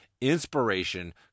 Inspiration